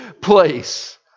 place